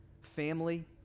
family